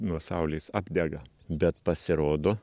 nuo saulės apdega bet pasirodo